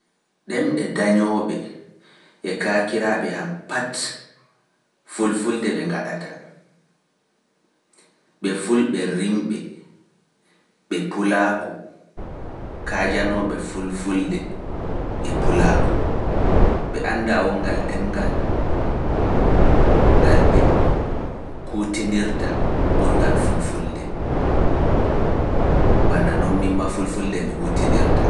Ɗemɗe dañooɓe e kaakiraaɓe am pati fulfulde ɓe ngaɗata, ɓe fulɓe rimɓe, ɓe pulaaku, kaajanooɓe fulfulde e pulaaku, ɓe anndaa wongal ɗemngal ngal ɓe kuutinirta ɓurngal fulfulde. Bana, non min ma fulfulde, mi hutinirta.